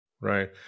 Right